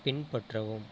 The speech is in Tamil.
பின்பற்றவும்